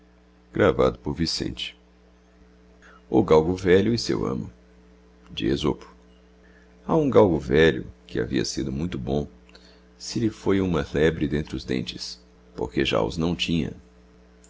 o galgo velho seu amo a hum galgo velho que havia sido muito bom se lhe foi huma lebre d'entre os dentes porque jd os naò tinha